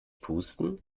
pusten